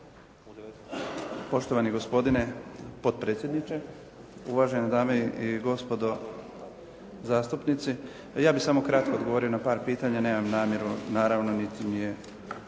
Poštovani gospodine potpredsjedniče, uvažene dame i gospodo zastupnici. Ja bih samo kratko odgovorio na par pitanja. Nemam namjeru naravno niti mi je,